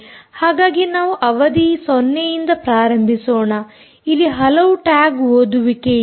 ಹಾಗಾಗಿ ನಾವು ಅವಧಿ 0ಯಿಂದ ಪ್ರಾರಂಭಿಸೋಣ ಇಲ್ಲಿ ಹಲವು ಟ್ಯಾಗ್ ಓದುವಿಕೆಯಿದೆ